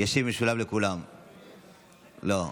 לא.